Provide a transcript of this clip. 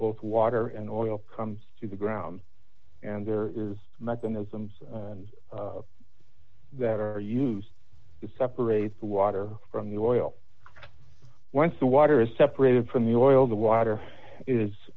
both water and oil comes to the ground and there is mechanisms that are used to separate the water from the oil once the water is separated from the oil the water is